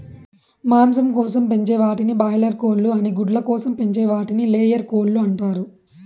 మాంసం కోసం పెంచే వాటిని బాయిలార్ కోళ్ళు అని గుడ్ల కోసం పెంచే వాటిని లేయర్ కోళ్ళు అంటారు